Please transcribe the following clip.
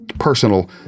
personal